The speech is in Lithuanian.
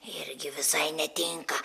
irgi visai netinka